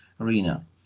arena